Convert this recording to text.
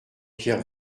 pierre